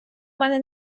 мене